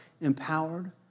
empowered